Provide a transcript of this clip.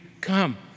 Come